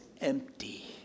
empty